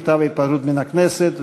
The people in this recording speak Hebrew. מכתב ההתפטרות מן הכנסת,